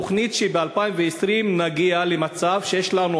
התוכנית היא שב-2020 נגיע למצב שיש לנו